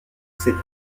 cette